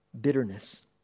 bitterness